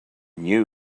knew